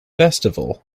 festival